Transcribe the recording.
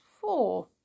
four